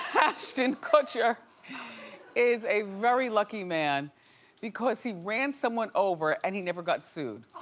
ashton kutcher is a very lucky man because he ran someone over and he never got sued.